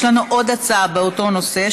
יש לנו עוד הצעה באותו נושא,